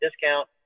discount